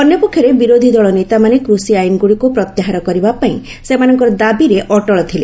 ଅନ୍ୟପକ୍ଷରେ ବିରୋଧୀଦଳ ନେତାମାନେ କୂଷି ଆଇନ୍ଗୁଡ଼ିକୁ ପ୍ରତ୍ୟାହାର କରିବା ପାଇଁ ସେମାନଙ୍କର ଦାବିରେ ଅଟଳ ଥିଲେ